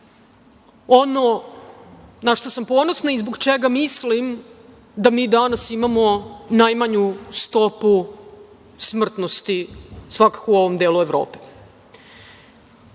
Ono na šta sam ponosna i zbog čega mislim da mi danas imamo najmanju stopu smrtnosti svakako u ovom delu